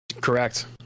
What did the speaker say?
correct